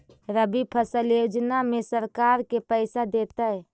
रबि फसल योजना में सरकार के पैसा देतै?